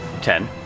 Ten